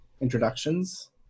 introductions